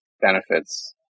benefits